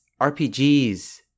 RPGs